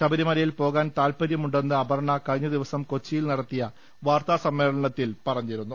ശബരിമലയിൽ പോകാൻ താത്പര്യമുണ്ടെന്ന് അപർണ കഴിഞ്ഞ ദിവസം കൊച്ചിയിൽ നടത്തിയ വാർത്താസമ്മേളന ത്തിൽ പറഞ്ഞിരുന്നു